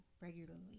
regularly